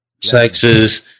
Texas